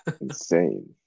insane